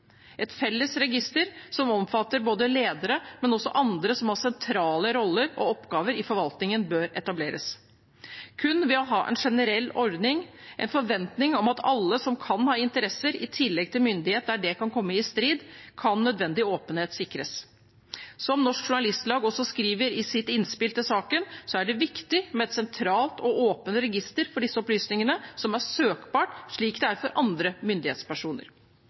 Et felles register som omfatter både ledere og også andre som har sentrale roller og oppgaver i forvaltningen, bør etableres. Kun ved å ha en generell ordning, en forventning om at det gjelder alle som kan ha interesser i tillegg til myndighet, der det kan komme i strid, kan nødvendig åpenhet sikres. Som Norsk Journalistlag skriver i sitt innspill til saken, er det viktig med et sentralt og åpent register for disse opplysningene som er søkbart, slik det er for andre myndighetspersoner.